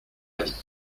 avis